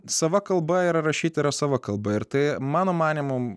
sava kalba yra rašyt sava kalba ir tai mano manymu